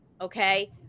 okay